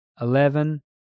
eleven